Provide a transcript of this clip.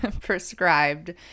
prescribed